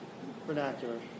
vernacular